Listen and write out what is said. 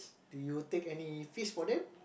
did you take any fits protein